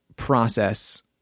process